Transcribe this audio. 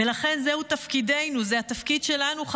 ולכן זהו תפקידינו,